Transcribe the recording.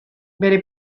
bere